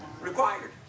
required